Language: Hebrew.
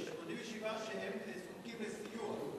87,000 שזקוקים לסיוע.